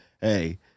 Hey